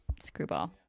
screwball